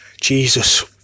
Jesus